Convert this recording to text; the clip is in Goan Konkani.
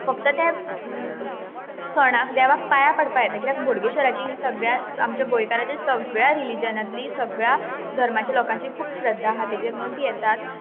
फक्त ते सणाक देवाक पांयां पडपाक येता कित्याक बोडगेश्र्वराची सगळ्याच आमच्या गोंयकारांच्या सगळ्या रिलिजनांतलीं सगळ्या धर्मांतल्या लोकांची खूब श्रद्धा आहा तेजेर म्हणून तीं येतात